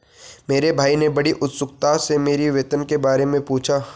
मेरे भाई ने बड़ी उत्सुकता से मेरी वेतन के बारे मे पूछा